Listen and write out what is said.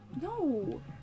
No